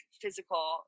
physical